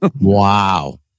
Wow